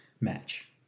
match